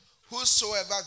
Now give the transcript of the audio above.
whosoever